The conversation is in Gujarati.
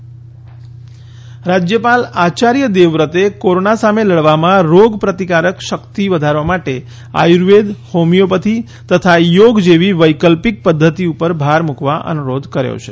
રાજ્યપાલ રાજ્યપાલ આયાર્ય દેવવ્રતે કોરોના સામે લડવામાં રોગ પ્રતિકારક શક્તિ વધારવા માટે આયુર્વેદ હોમીયોપથી તથા યોગ જેવી વૈકલ્પિક પદ્ધતિ ઉપર ભાર મુકવા અનુરોધ કર્યો છે